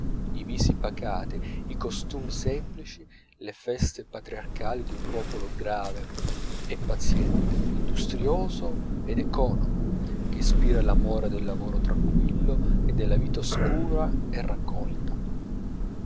i visi pacati i costumi semplici le feste patriarcali di un popolo grave e paziente industrioso ed economo che ispira l'amore del lavoro tranquillo e della vita oscura e raccolta